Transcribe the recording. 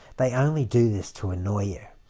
they only do this to annoy you.